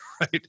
right